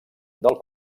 del